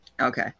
okay